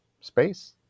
space